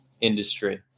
industry